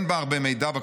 אין בה הרבה מידע,